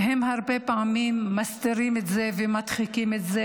הם הרבה פעמים מסתירים את זה ומדחיקים את זה